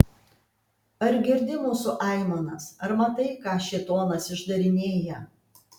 ar girdi mūsų aimanas ar matai ką šėtonas išdarinėja